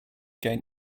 gain